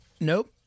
Nope